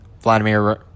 Vladimir